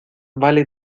vale